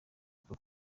avuga